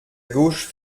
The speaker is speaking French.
gauche